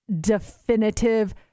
definitive